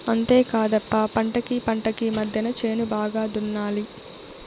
అంతేకాదప్ప పంటకీ పంటకీ మద్దెన చేను బాగా దున్నాలి